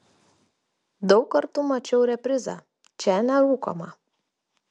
daug kartų mačiau reprizą čia nerūkoma